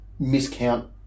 miscount